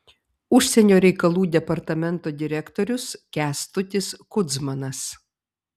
užsienio reikalų departamento direktorius kęstutis kudzmanas